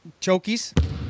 Chokies